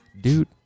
Dude